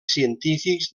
científics